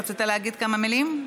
רצית להגיד כמה מילים?